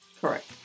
Correct